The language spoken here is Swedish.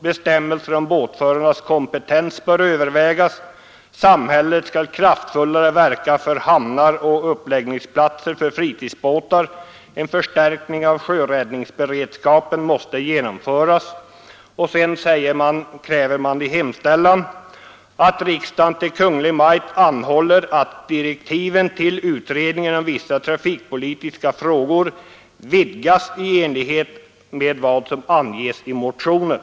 Bestämmelser om båtförarnas kompetens bör övervägas. Samhället skall kraftfullare verka för utbyggnad av hamnar och uppläggningsplatser för fritidsbåtar. En förstärkning av sjöräddningsberedskapen måste genomföras. I hemställan kräver man att riksdagen i skrivelse till Kungl. Maj:t anhåller att direktiven till utredningen om vissa trafikpolitiska frågor vidgas i enlighet med vad som anges i motionen.